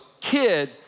kid